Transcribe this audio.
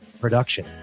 production